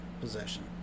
possession